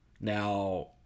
Now